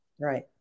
Right